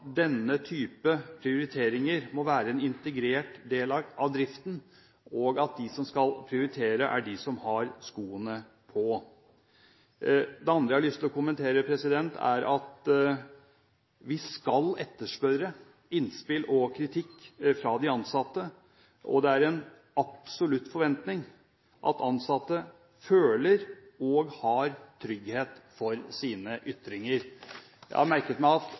denne type prioriteringer må være en integrert del av driften, og at de som skal prioritere, er de som har skoen på. Det andre jeg har lyst til å kommentere, er at vi skal etterspørre innspill og kritikk fra de ansatte. Det er en absolutt forventning at ansatte føler trygghet for sine ytringer. Jeg har merket meg at